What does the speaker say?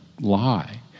lie